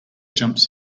jumps